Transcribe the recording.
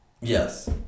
Yes